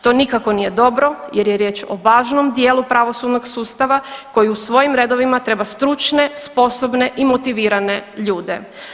To nikako nije dobro, jer je riječ o važnom dijelu pravosudnog sustava koji u svojim redovima treba stručne, sposobne i motivirane ljude.